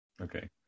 Okay